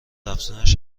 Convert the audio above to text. افزونش